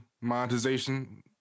monetization